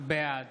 בעד